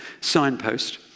signpost